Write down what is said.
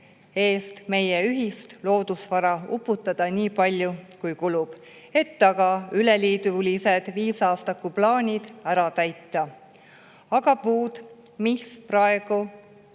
eest meie ühist loodusvara uputada nii palju, kui kulub, et aga üleliidulised viisaastakuplaanid ära täita. Aga puud, mis praegu